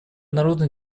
народно